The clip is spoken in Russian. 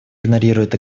игнорирует